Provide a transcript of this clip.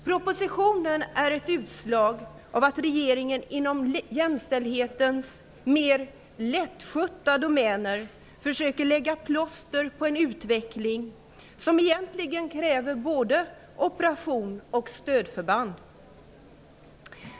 Propositionen är ett utslag av att regeringen inom jämställdhetens mer lättskötta domäner försöker lägga plåster på en utveckling som egentligen kräver både operation och stödförband.